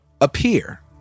appear